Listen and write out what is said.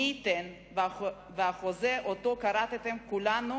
מי ייתן והחוזה שאותו כרתנו כולנו